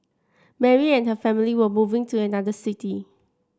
Mary and her family were moving to another city